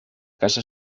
casa